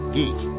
Geek